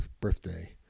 birthday